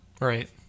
Right